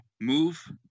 move